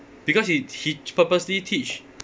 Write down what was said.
because he he purposely teach